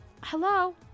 hello